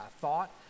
thought